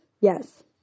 Yes